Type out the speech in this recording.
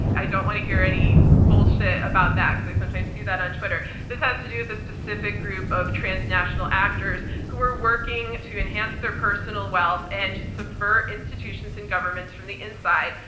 i don't want to hear any bullshit about that, because i sometimes see that on twitter. this has to do with a specific group of transnational actors who are working to enhance their personal wealth and to subvert institutions and governments from the inside.